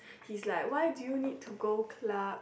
he is like why do you need to go club